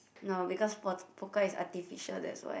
no because po~ Pokka is artificial that's why